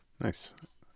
nice